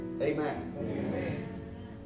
Amen